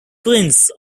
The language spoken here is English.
prince